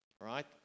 right